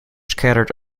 scattered